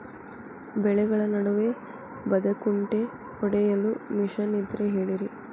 ಬೆಳೆಗಳ ನಡುವೆ ಬದೆಕುಂಟೆ ಹೊಡೆಯಲು ಮಿಷನ್ ಇದ್ದರೆ ಹೇಳಿರಿ